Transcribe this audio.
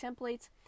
templates